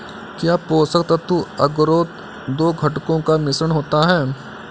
क्या पोषक तत्व अगरो दो घटकों का मिश्रण होता है?